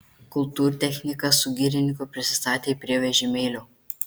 kultūrtechnikas su girininku prisistatė prie vežimėlio